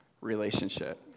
relationship